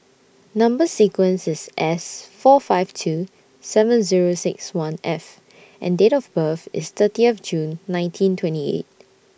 Number sequence IS S four five two seven Zero six one F and Date of birth IS thirtieth June nineteen twenty eight